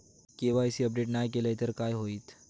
KYC update नाय केलय तर काय होईत?